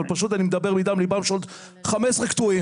אבל אני פשוט מדבר משם לבם של עוד 15 קטועים.